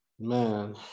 Man